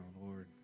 Lord